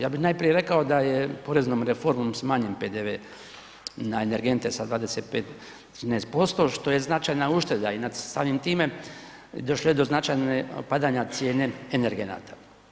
Ja bih najprije rekao da je poreznom reformom smanjen PDV na energente sa 25 na 13% što je značajna ušteda i nad samim time, došlo je do značajne padanja cijene energenata.